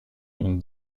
une